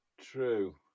True